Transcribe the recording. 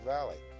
Valley